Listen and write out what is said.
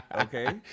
Okay